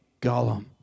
Gollum